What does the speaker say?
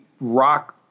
rock